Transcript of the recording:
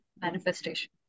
manifestation